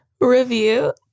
review